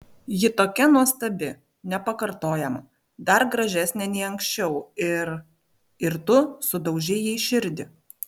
ji tokia nuostabi nepakartojama dar gražesnė nei anksčiau ir ir tu sudaužei jai širdį